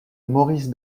maurice